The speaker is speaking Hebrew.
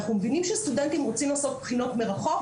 אנחנו מבינים שסטודנטים רוצים לעשות בחינות מרחוק.